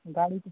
गाड़ी